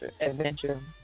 adventure